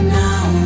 now